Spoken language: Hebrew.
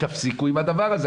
תפסיקו עם הדבר הזה.